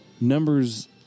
numbers